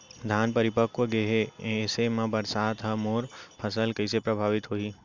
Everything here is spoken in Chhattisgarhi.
धान परिपक्व गेहे ऐसे म बरसात ह मोर फसल कइसे प्रभावित होही?